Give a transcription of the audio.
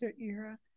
era